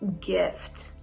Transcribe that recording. gift